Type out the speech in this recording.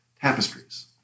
tapestries